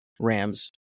rams